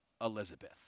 Elizabeth